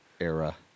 era